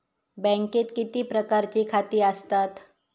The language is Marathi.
बँकेत किती प्रकारची खाती आसतात?